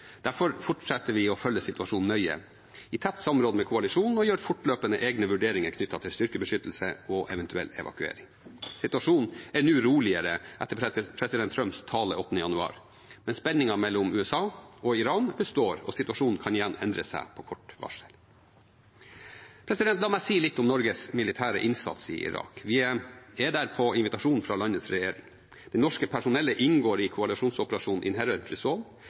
Derfor fortsetter vi å følge situasjonen nøye, i tett samråd med koalisjonen, og vi gjør fortløpende egne vurderinger knyttet til styrkebeskyttelse og eventuell evakuering. Situasjonen er nå roligere, etter president Trumps tale 8. januar, men spenningen mellom USA og Iran består, og situasjonen kan igjen endre seg på kort varsel. La meg si litt om Norges militære innsats i Irak. Vi er der på invitasjon fra landets regjering. Det norske personellet inngår i koalisjonsoperasjonen